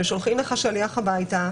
כששולחים לך שליח הביתה,